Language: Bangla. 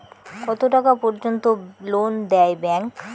কত টাকা পর্যন্ত লোন দেয় ব্যাংক?